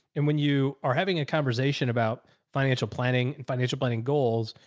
and when you are having a conversation about financial planning and financial planning goals,